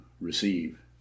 receive